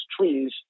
trees